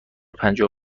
پنجاه